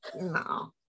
no